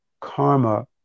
karma